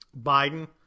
Biden